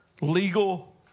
legal